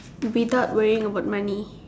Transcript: without worrying about money